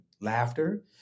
laughter